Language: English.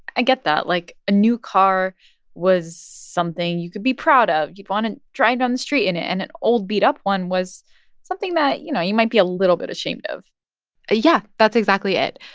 i get that. like, a new car was something you could be proud of. you'd want to drive down the street in it. and an old, beat-up one was something that, you know, you might be a little bit ashamed of yeah, that's exactly it.